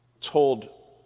told